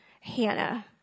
Hannah